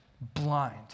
blind